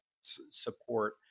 support